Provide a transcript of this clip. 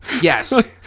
Yes